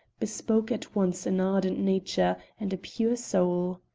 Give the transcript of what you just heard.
bespoke at once an ardent nature and a pure soul.